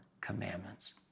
Commandments